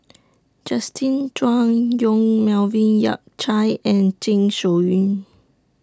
Justin Zhuang Yong Melvin Yik Chye and Zeng Shouyin